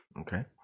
Okay